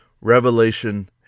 Revelation